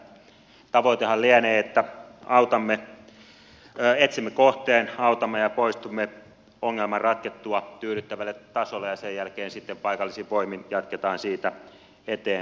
tavoitehan lienee että etsimme kohteen autamme ja poistumme ongelman ratkettua tyydyttävälle tasolle ja sen jälkeen sitten paikallisin voimin jatketaan siitä eteenpäin